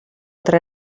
tra